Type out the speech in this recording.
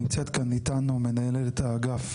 נמצאת כאן איתנו מנהלת האגף